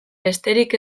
besterik